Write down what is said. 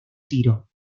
tiro